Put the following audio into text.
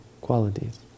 qualities